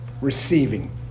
receiving